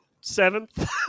seventh